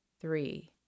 three